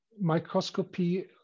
microscopy